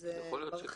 זה מרחיק